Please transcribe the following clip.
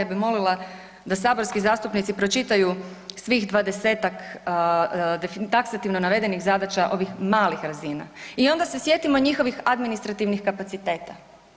Ja bi molila da saborski zastupnici pročitaju svih 20-tak taksativno navedenih zadaća ovih malih razina i onda se sjetimo njihovih administrativnih kapaciteta.